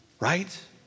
right